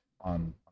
on